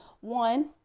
one